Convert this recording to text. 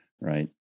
right